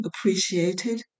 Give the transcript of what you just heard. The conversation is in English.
appreciated